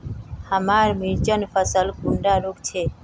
हमार मिर्चन फसल कुंडा रोग छै?